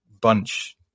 bunch